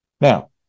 Now